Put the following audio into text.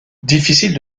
difficile